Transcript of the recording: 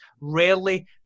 rarely